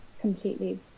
completely